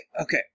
okay